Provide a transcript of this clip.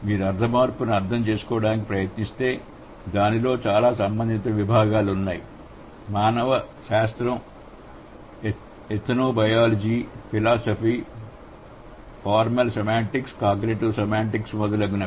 మీరు అర్థ మార్పును అర్థం చేసుకోవడానికి ప్రయత్నిస్తే దానిలో చాలా సంబంధిత విభాగాలు ఉన్నాయి మానవ శాస్త్రం ethnobiology philosophy formal semantics cognitive semantics మొదలగునవి